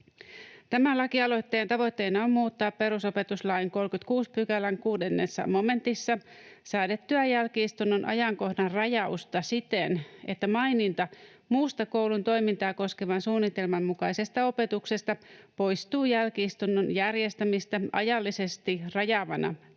Tämän lakialoitteen tavoitteena on muuttaa perusopetuslain 36 §:n 6 momentissa säädettyä jälki-istunnon ajankohdan rajausta siten, että maininta muusta koulun toimintaa koskevan suunnitelman mukaisesta opetuksesta poistuu jälki-istunnon järjestämistä ajallisesti rajaavana tekijänä.